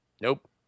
nope